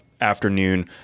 afternoon